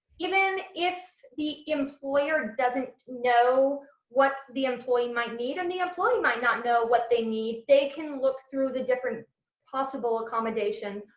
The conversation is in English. even if the employer doesn't know what the employee might need and the employee might not know what they need they can look through the different possible accommodations.